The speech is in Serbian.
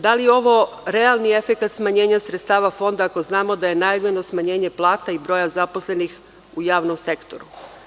Da li je ovo realni efekat smanjenja sredstava Fonda, ako znamo da je najavljeno smanjenje plata i broja zaposlenih u javnom sektoru?